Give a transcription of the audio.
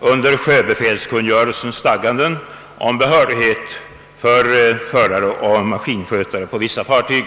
under sjöbefälskungörelsens stadgande om behörighet för förare och maskinskötare på vissa fartyg.